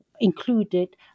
included